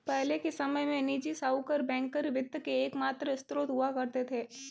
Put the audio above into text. पहले के समय में निजी साहूकर बैंकर वित्त के एकमात्र स्त्रोत हुआ करते थे